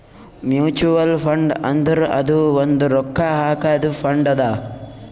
mutual fund ಅಂದುರ್ ಅದು ಒಂದ್ ರೊಕ್ಕಾ ಹಾಕಾದು ಫಂಡ್ ಅದಾ